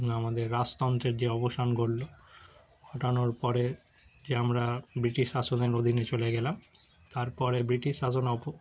আমাদের রাজতন্ত্রের যে অবসান ঘটল ঘটানোর পরে যে আমরা ব্রিটিশ শাসনের অধীনে চলে গেলাম তার পরে ব্রিটিশ শাসন অপো